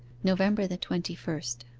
november the twenty-first